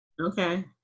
okay